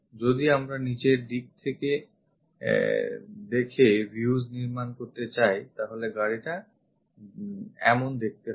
যদি আমরা নিচের দিক থেকে দেখে views নির্মান করতে চাই তাহলে গাড়িটা এমন দেখতে হবে